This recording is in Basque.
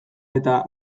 eta